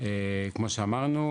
כמו שאמרנו,